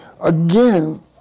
Again